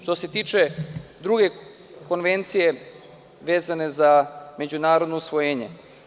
Što se tiče druge konvencije, vezane za međunarodno usvojenje.